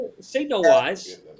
signal-wise